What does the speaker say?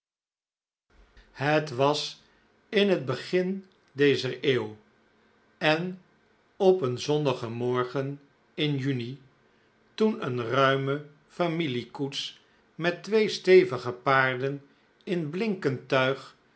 t wag q et jjegin dezer eeuw en op een zonnigen morgen in juni toen een i ru itme familiekoets met twee stevige paarden in blinkend tuig